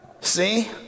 See